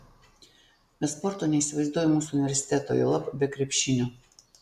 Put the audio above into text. be sporto neįsivaizduoju mūsų universiteto juolab be krepšinio